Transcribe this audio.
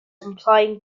implying